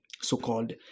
so-called